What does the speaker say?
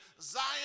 zion